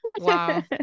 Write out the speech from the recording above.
wow